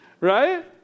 right